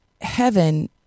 heaven